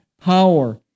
Power